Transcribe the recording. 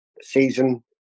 season